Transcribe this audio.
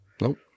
Nope